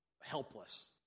helpless